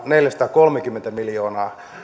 neljäsataakolmekymmentä miljoonaa